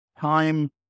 time